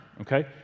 Okay